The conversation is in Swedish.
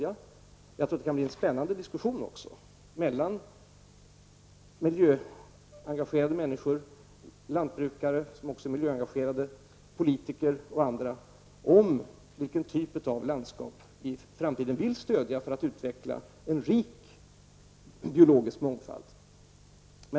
Jag tror även att det kan man bli en spännande diskussion mellan miljöengagerade människor, lantbrukare -- som också är miljöengagerade --, politiker och andra om vilken typ av landskap vi vill stödja i framtiden för att utveckla en rik biologisk mångfald.